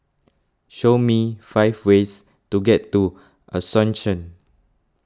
show me five ways to get to Asuncion